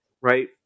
Right